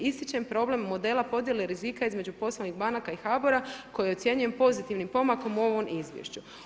Ističem problem modela podjele rizika između poslovnih banaka i HBOR-a koje ocjenjujem pozitivnim pomakom u ovom izvješću.